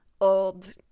old